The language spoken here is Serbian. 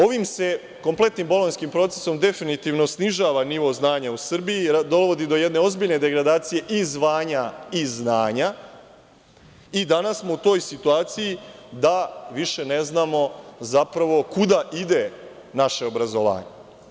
Ovim se kompletnim bolonjskim procesom definitivno snižava nivo znanja u Srbiji, dovodi do jedne ozbiljne degradacije i zvanja i znanja i danas smo u toj situaciji da više ne znamo zapravo kuda ide naše obrazovanje.